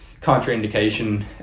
contraindication